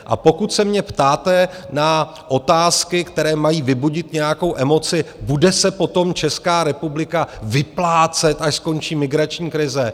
A pokud se mě ptáte na otázky, které mají vybudit nějakou emoci bude se potom Česká republika vyplácet, až skončí migrační krize?